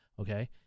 okay